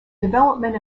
development